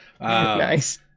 Nice